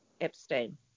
Epstein